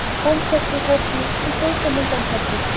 once let her have you, and both are made unhappy,